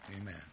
Amen